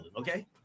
Okay